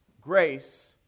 grace